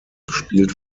spielt